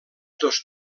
dos